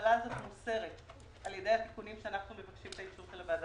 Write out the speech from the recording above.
ההגבלה הזאת מוסרת על ידי התיקונים שאנחנו מבקשים את אישור הוועדה.